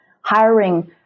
hiring